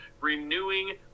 renewing